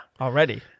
already